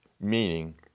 meaning